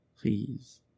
Please